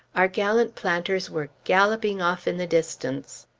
our gallant planters were galloping off in the distance.